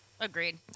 agreed